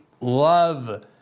love